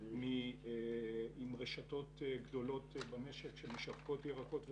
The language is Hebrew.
עם רשתות גדולות במשק שמשווקות ירקות ופירות.